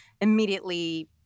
immediately